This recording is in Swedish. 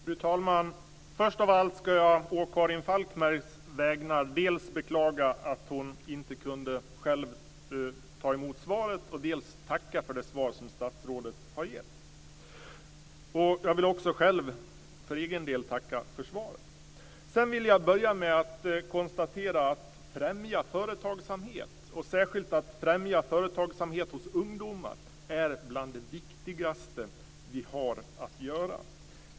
Fru talman! Först av allt ska jag å Karin Falkmers vägnar dels beklaga att hon själv inte kunde ta emot svaret, dels tacka för statsrådets svar. Jag vill också för egen del tacka för svaret. Att främja företagsamhet, särskilt hos ungdomar, är bland det viktigaste vi har att göra.